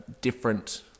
different